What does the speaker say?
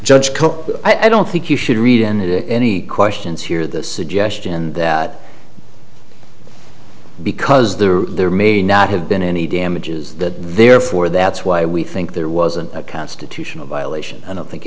judged i don't think you should read and if any questions here the suggestion that because there there may not have been any damages that therefore that's why we think there was a constitutional violation i don't think